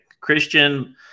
Christian